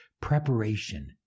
preparation